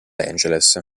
angeles